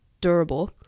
durable